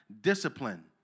discipline